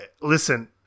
listen